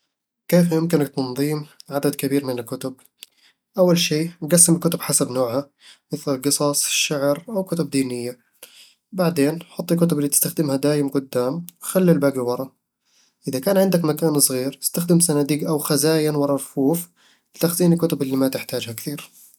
كيف يمكنك تنظيم عدد كبير من الكتب؟ أول شي، قسم الكتب حسب نوعها، مثل القصص، الشعر، أو الكتب الدينية بعدين، حط الكتب اللي تستخدمها دايم قدام، وخل الباقي ورا إذا كان عندك مكان صغير، استخدم صناديق أو خزاين ورا رفوف لتخزين الكتب اللي ما تحتاجها كثير